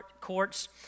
courts